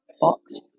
box